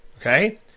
Okay